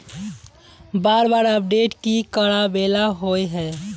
बार बार अपडेट की कराबेला होय है?